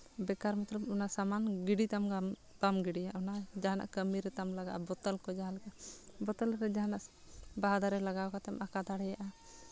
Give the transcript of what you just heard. ᱵᱮᱠᱟᱨ ᱢᱚᱛᱞᱚᱵ ᱚᱱᱟ ᱥᱟᱢᱟᱱ ᱜᱤᱰᱤ ᱛᱟᱢᱟᱢ ᱵᱟᱢ ᱜᱤᱰᱤᱭᱟ ᱚᱱᱟ ᱡᱟᱦᱟᱱᱟᱜ ᱠᱟᱹᱢᱤ ᱨᱮᱛᱟᱢ ᱞᱟᱜᱟᱜᱼᱟ ᱵᱚᱛᱳᱞ ᱠᱚ ᱡᱟᱦᱟᱸ ᱞᱮᱠᱟ ᱵᱳᱛᱚᱞ ᱨᱮ ᱡᱟᱦᱟᱸ ᱞᱮᱠᱟ ᱵᱟᱦᱟ ᱫᱟᱨᱮᱹ ᱞᱟᱜᱟᱣ ᱠᱟᱛᱮᱢ ᱟᱸᱠᱟ ᱫᱟᱲᱮᱭᱟᱜᱼᱟ